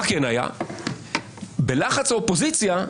מה האיזון שנמצא כאן?